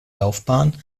laufbahn